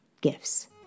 gifts